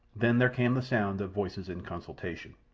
then there came the sound of voices in consultation.